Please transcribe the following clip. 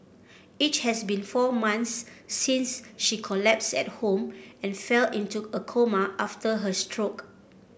it has been four months since she collapsed at home and fell into a coma after her stroke